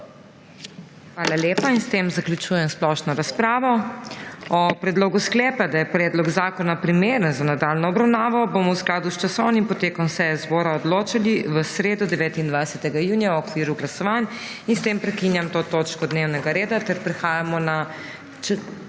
Hvala lepa. S tem zaključujem splošno razpravo. O predlogu sklepa, da je predlog zakona primeren za nadaljnjo obravnavo, bomo v skladu s časovnim potekom seje zbora odločali v sredo, 29. junija, v okviru glasovanj. S tem prekinjam to točko dnevnega reda. Prehajamo na